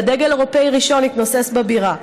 ודגל אירופי ראשון התנוסס בבירה,